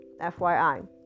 FYI